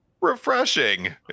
refreshing